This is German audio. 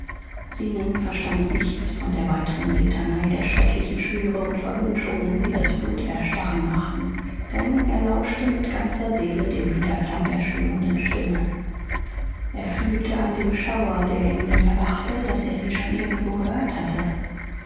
zenon verstand nichts von der weiteren litanei der schrecklichen schwüre und verwünschungen die das blut erstarren machten denn er lauschte mit ganzer seele dem widerklang der schwörenden stimme er fühlte an dem schauer der in ihm erwachte daß er sie schon irgendwo gehört hatte